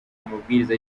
amabwiriza